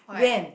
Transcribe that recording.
when